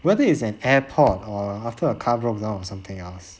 whether it's an airport or after a car broke down or something else